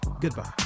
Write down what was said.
goodbye